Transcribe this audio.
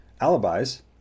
alibis